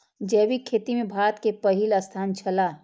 जैविक खेती में भारत के पहिल स्थान छला